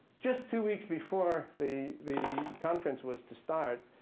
just two weeks before the the conference was to start,